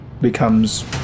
Becomes